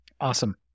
Awesome